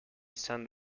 san